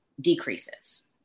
decreases